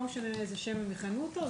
לא משנה איזה שם הם יכנו אותו,